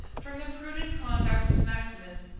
from the prudent conduct of maximin,